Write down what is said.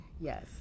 Yes